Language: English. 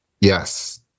Yes